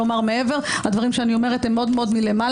לומר מעבר הדברים שאני אומרת מאוד מלמעלה,